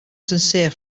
sincere